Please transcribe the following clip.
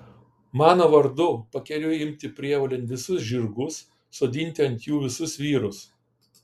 mano vardu pakeliui imti prievolėn visus žirgus sodinti ant jų visus vyrus